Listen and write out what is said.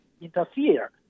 interfere